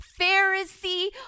Pharisee